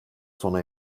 sona